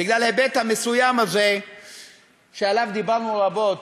בגלל ההיבט המסוים הזה שעליו דיברנו רבות